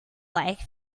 life